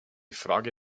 frage